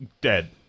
dead